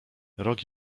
rok